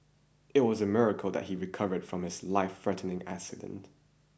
it was a miracle that he recovered from his lifethreatening accident